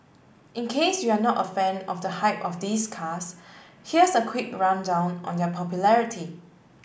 in case you're not a fan of the hype or these cars here's a quick rundown on their popularity